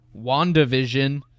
WandaVision